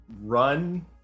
run